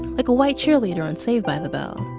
like a white cheerleader on saved by the bell.